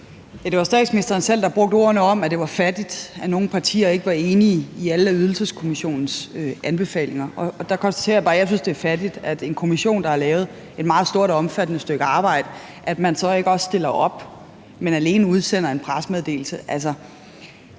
Det var statsministeren selv, der sagde, at det var fattigt, at nogle partier ikke var enige i alle Ydelseskommissionens anbefalinger, og der konstaterer jeg bare, at jeg synes, det er fattigt, at man, når en kommission har lavet et meget stort og omfattende stykke arbejde, så ikke stiller op, men alene udsender en pressemeddelelse.